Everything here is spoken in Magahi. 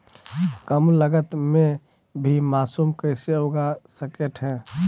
कम लगत मे भी मासूम कैसे उगा स्केट है?